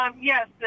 Yes